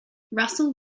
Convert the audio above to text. russell